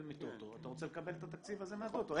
מטוטו אתה רוצה לקבל את התקציב הזה מהטוטו,